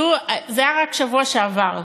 תראו, זה היה רק בשבוע שעבר,